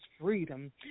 freedom